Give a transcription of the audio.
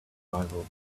arrival